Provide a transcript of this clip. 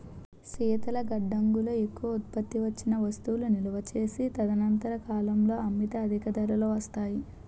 శీతల గడ్డంగుల్లో ఎక్కువ ఉత్పత్తి వచ్చిన వస్తువులు నిలువ చేసి తదనంతర కాలంలో అమ్మితే అధిక ధరలు వస్తాయి